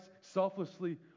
selflessly